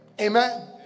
Amen